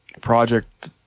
project